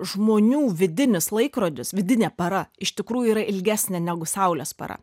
žmonių vidinis laikrodis vidinė para iš tikrųjų yra ilgesnė negu saulės para